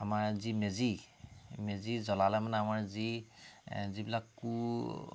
আমাৰ যি মেজি মেজি জ্বলালে মানে আমাৰ যি যিবিলাক কু